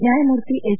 ನ್ಯಾಯಮೂರ್ತಿ ಎಸ್